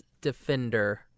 Defender